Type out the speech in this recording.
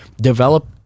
Develop